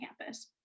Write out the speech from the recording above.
campus